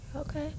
Okay